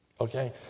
Okay